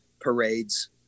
parades